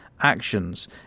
actions